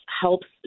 helps